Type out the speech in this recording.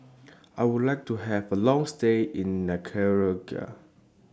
I Would like to Have A Long stay in Nicaragua